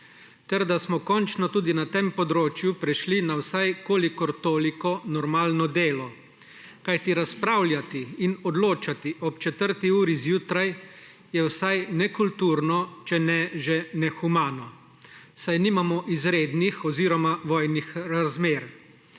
ter da smo končno tudi na tem področju prešli na vsaj kolikor toliko normalno delo. Kajti razpravljati in odločati ob 4. uri zjutraj je vsaj nekulturno, če že ne nehumano, saj nimamo izrednih oziroma vojnih razmer.